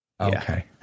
Okay